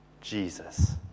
Jesus